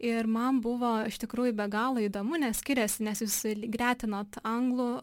ir man buvo iš tikrųjų be galo įdomu nes skiriasi nes jūs gretinot anglų